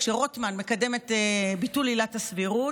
כשרוטמן מקדם את ביטול עילת הסבירות,